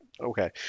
Okay